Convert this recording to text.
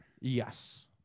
Yes